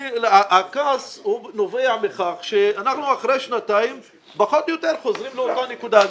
הכעס נובע מכך שאנחנו אחרי שנתיים פחות או יותר חוזרים לאותה נקודה.